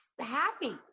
happy